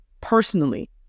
personally